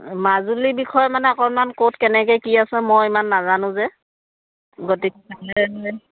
মাজুলি বিষয় মানে অকণমান ক'ত কেনেকৈ কি আছে মই ইমান নাজানো যে গতি